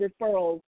referrals